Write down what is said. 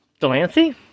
Delancey